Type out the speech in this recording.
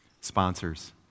Sponsors